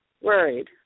worried